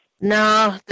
No